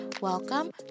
welcome